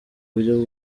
buryo